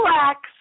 relax